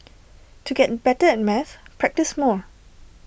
to get better at maths practise more